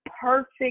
perfect